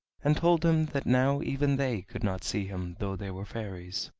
and told him that now even they could not see him though they were fairies.